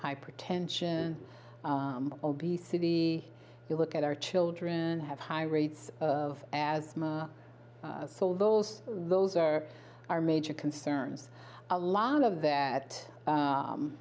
hypertension obesity you look at our children have high rates of asthma so those those are our major concerns a lot of that